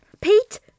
Pete